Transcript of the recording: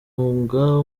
mwuga